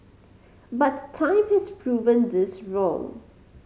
but time has proven this wrong